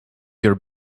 your